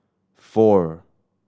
four